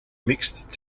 mixed